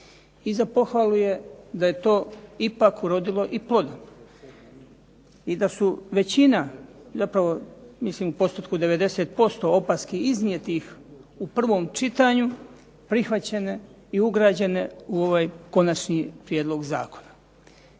I za pohvalu je da je to ipak urodilo i plodom, i da su većina, zapravo mislim u postotku 90% opaski iznijetih u prvom čitanju prihvaćene i ugrađene u ovaj konačni prijedlog zakona.